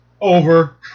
over